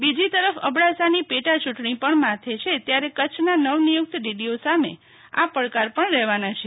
બીજીતરફ અબડાસાની પેટા યૂંટણી પણ માથે છે ત્યારે કચ્છના નવનિયુક્ત ડીડીઓ સામે આ પડકાર પણ રહેવાના છે